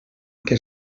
que